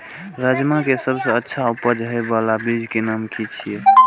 राजमा के सबसे अच्छा उपज हे वाला बीज के नाम की छे?